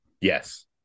yes